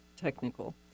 technical